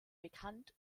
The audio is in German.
bekannt